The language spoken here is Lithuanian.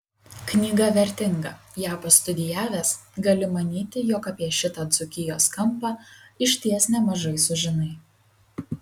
knyga vertinga ją pastudijavęs gali manyti jog apie šitą dzūkijos kampą išties nemažai sužinai